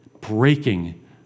breaking